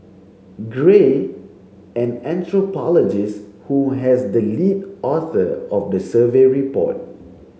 gray an anthropologist who has the lead author of the survey report